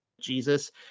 Jesus